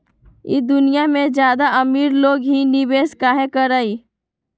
ई दुनिया में ज्यादा अमीर लोग ही निवेस काहे करई?